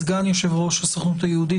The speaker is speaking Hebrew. סגן יושב-ראש הסוכנות היהודית,